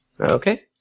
Okay